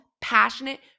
passionate